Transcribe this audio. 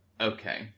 okay